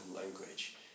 language